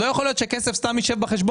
לא יכול להיות שכסף סתם יישב בחשבון.